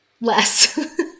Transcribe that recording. less